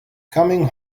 coming